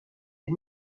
des